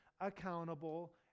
accountable